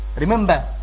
remember